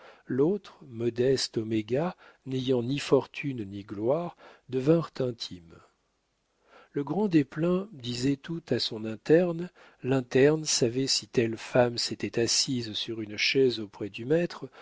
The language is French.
l'autre modeste oméga n'ayant ni fortune ni gloire devinrent intimes le grand desplein disait tout à son interne l'interne savait si telle femme s'était assise sur une chaise auprès du maître